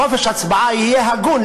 חופש הצבעה יהיה הגון.